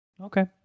Okay